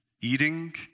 Eating